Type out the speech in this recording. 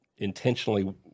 intentionally